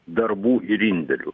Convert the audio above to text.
darbų ir indėlių